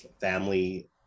family